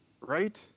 Right